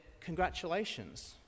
congratulations